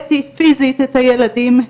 הראיתי פיזית את הילדים,